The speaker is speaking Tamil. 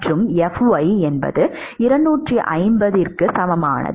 மற்றும் fy 250க்கு சமமானது